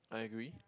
I agree